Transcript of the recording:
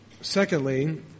Secondly